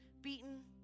beaten